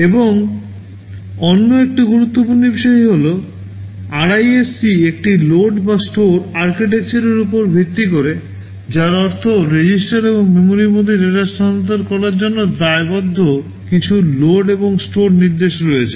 এবং অন্য একটি গুরুত্বপূর্ণ বিষয় হল আরআইএসসি একটি লোড স্টোর আর্কিটেকচারের উপর ভিত্তি করে যার অর্থ রেজিস্টার এবং মেমরির মধ্যে ডেটা স্থানান্তর করার জন্য দায়বদ্ধ কিছু লোড এবং স্টোর নির্দেশ রয়েছে